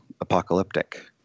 apocalyptic